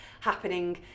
happening